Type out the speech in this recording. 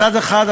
מצד אחד,